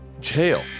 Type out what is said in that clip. jail